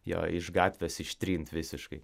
jo iš gatvės ištrint visiškai